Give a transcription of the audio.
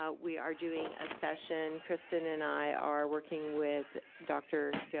ah we are doing a session, kristin and i, are working with dr.